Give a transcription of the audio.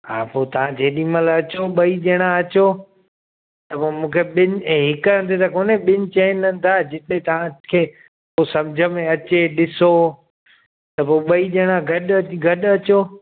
हा पोइ तव्हां जेॾी महिल अचो ॿई ॼणा अचो त पोइ मूंखे ॿिनि ऐं हिकु हंधि त कोन्हे ॿिनि चेन हंधि आहे जिते तव्हांखे पोइ सम्झ में अचे ॾिसो त पोइ ॿई ॼणा गॾु अची गॾु अचो